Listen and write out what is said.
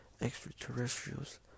extraterrestrials